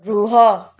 ରୁହ